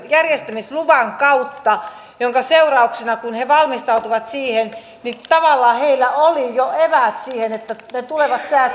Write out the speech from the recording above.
järjestämisluvan kautta minkä seurauksena kun he olisivat valmistautuneet siihen tavallaan heillä oli jo eväät siihen että ne tulevat